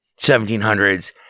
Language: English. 1700s